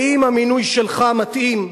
האם המינוי שלך מתאים?